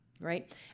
right